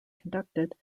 conducted